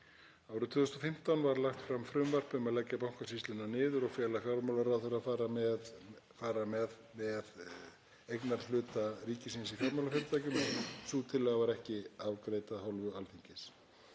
Árið 2015 var lagt fram frumvarp um að leggja Bankasýsluna niður og fela fjármálaráðherra að fara með eignarhluta ríkisins í fjármálafyrirtækjum, en sú tillaga var ekki afgreidd af hálfu Alþingis.